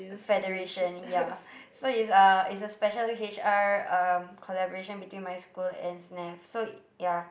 federation ya so it's uh it's a special H_R um collaboration between my school and SNAFF so ya